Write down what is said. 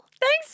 Thanks